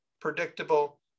predictable